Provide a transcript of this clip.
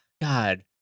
God